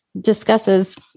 discusses